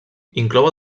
inclou